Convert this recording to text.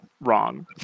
wrong